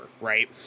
right